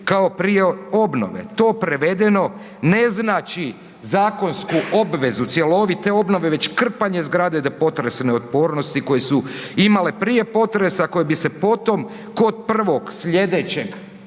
kao prije obnove“, to prevedeno ne znači zakonsku obvezu cjelovite obnove već krpanje zgrade … potresne otpornosti koje su imale prije potresa koje bi se potom kod prvog sljedeće